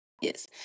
Yes